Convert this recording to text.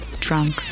drunk